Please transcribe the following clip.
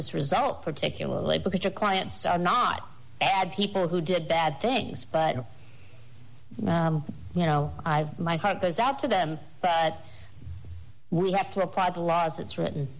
this result particularly because your clients are not ad people who did bad things but you know i my heart goes out to them but we have to apply the law as it's written